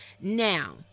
Now